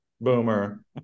boomer